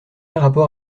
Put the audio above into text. rapport